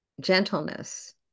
gentleness